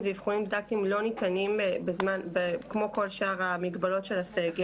ואבחונים דידקטיים לא ניתנים כמו כל שאר המגבלות של הסגר.